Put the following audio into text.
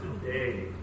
today